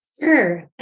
Sure